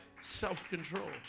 Self-control